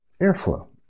airflow